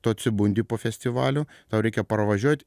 tu atsibundi po festivalių tau reikia parvažiuot